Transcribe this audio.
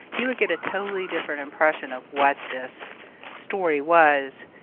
you would get a totally different impression of what this story was,